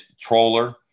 troller